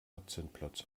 hotzenplotz